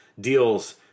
deals